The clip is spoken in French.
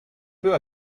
peu